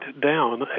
down